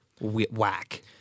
Whack